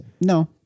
No